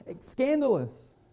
scandalous